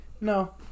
No